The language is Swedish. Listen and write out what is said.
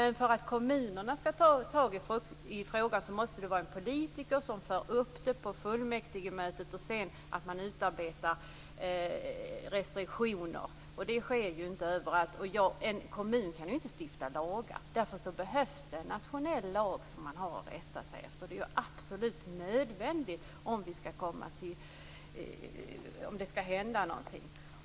Men för att kommunerna skall ta tag i frågan måste en politiker föra upp frågan på fullmäktigemötet, och sedan måste man utarbeta restriktioner. Det sker inte överallt. Därför behövs det en nationell lag som man skall rätta sig efter. Det är absolut nödvändigt om det skall hända någonting.